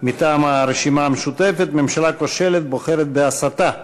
מטעם הרשימה המשותפת: ממשלה כושלת בוחרת בהסתה.